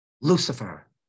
Lucifer